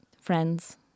Friends